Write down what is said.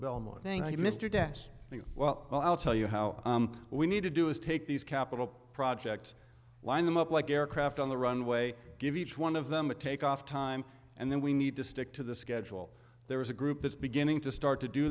you mr dash well i'll tell you how we need to do is take these capital projects lined them up like aircraft on the runway give each one of them a take off time and then we need to stick to the schedule there is a group that's beginning to start to do